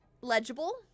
legible